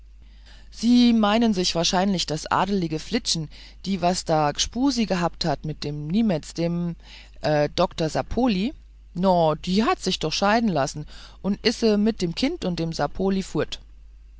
sie meinen sich wahrscheinlich die adlige flietschen die was da gspusi ghabt hat mit dem niemetz dem dr sapoli no die hat sich doch scheiden lassen und ise mit dem kind und dem sapoli